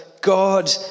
God